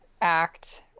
act